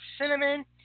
cinnamon